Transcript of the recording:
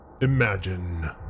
Imagine